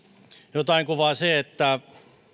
jotain kuvaa se että